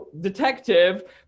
detective